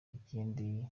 ikindi